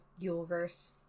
Yuleverse